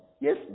Yes